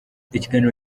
ikiganiro